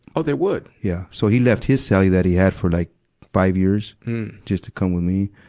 oh, they would. yeah. so he left his cellie that he had for like five years just to come with me.